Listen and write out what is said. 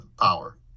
power